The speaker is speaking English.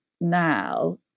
now